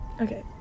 Okay